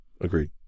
agreed